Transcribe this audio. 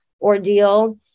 ordeal